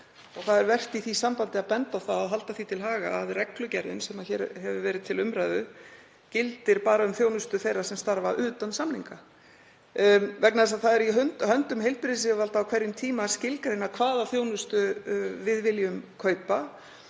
Það er vert í því sambandi að benda á og halda því til haga að reglugerðin sem hér hefur verið til umræðu gildir bara um þjónustu þeirra sem starfa utan samninga. Það er í höndum heilbrigðisyfirvalda á hverjum tíma að skilgreina hvaða þjónustu við viljum kaupa.